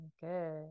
good